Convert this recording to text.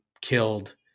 killed